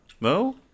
No